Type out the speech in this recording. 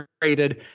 created